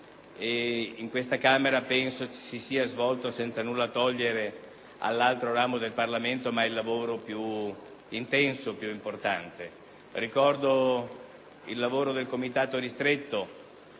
a questa Camera e qui penso si sia svolto, senza nulla togliere all'altro ramo del Parlamento, il lavoro più intenso e importante. Ricordo il lavoro del Comitato ristretto